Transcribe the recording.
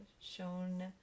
shown